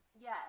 Yes